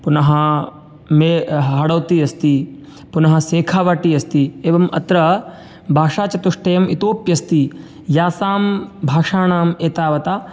पुनः मे हडौति अस्ति पुनः सेखावटी अस्ति एवम् अत्र भाषाचतुष्टयम् इतोऽपि अस्ति यासां भाषाणाम् एतावता